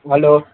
hello